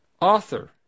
Author